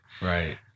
Right